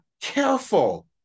careful